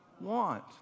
want